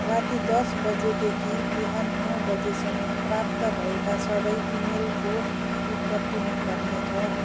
राति दस बजीदेखि बिहान नौ बजीसम्म प्राप्त भएका सबै इमेलको उत्तर दिनुपर्नेछ